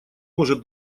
может